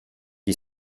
gli